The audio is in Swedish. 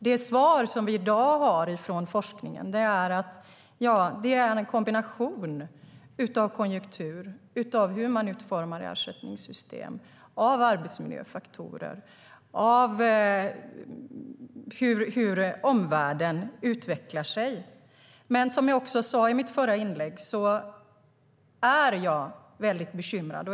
Det svar som vi i dag har från forskningen är att det handlar om en kombination av konjunktur, hur man utformar ersättningssystem, arbetsmiljöfaktorer och hur omvärlden utvecklar sig. Som jag också sa i mitt förra inlägg är jag väldigt bekymrad.